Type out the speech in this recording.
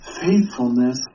faithfulness